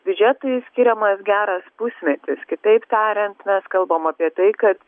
biudžetui skiriamas geras pusmetis kitaip tariant mes kalbam apie tai kad